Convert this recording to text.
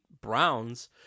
Browns